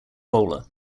bowler